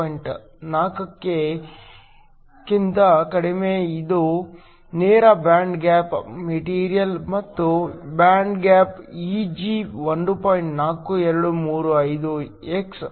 4 ಕ್ಕಿಂತ ಕಡಿಮೆ ಇದು ನೇರ ಬ್ಯಾಂಡ್ ಗ್ಯಾಪ್ ಮೆಟೀರಿಯಲ್ ಮತ್ತು ಬ್ಯಾಂಡ್ ಗ್ಯಾಪ್ Eg 1